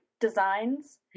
designs